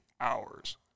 hours